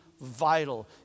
vital